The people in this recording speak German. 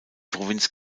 provinz